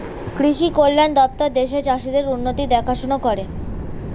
কৃষি কল্যাণ দপ্তর দেশের চাষীদের উন্নতির দেখাশোনা করে